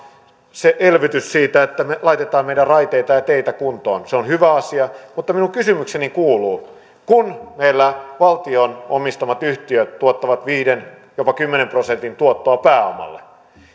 elvytys siinä että me laitamme meidän raiteita ja teitä kuntoon on hyvä asia mutta minun kysymykseni kuuluu kun meillä valtion omistamat yhtiöt tuottavat viiden jopa kymmenen prosentin tuottoa pääomalle